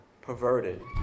Perverted